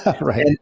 right